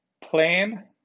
Plan